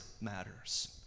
matters